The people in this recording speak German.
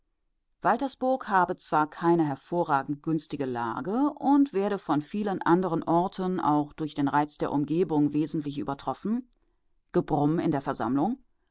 habe zwar keine hervorragend günstige lage und werde von vielen anderen orten auch durch den reiz der umgebung wesentlich übertroffen gebrumm in der versammlung